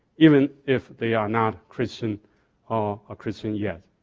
even if they are not christian ah or christian yet.